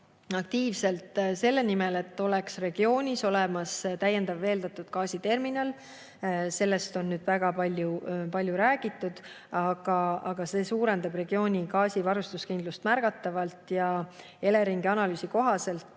aktiivselt selle nimel, et regioonis oleks olemas täiendav veeldatud gaasi terminal. Sellest on väga palju räägitud. See suurendab regiooni gaasivarustuskindlust märgatavalt. Eleringi analüüsi kohaselt